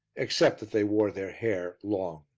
except that they wore their hair long.